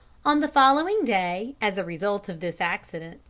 on the following day, as a result of this accident,